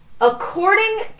according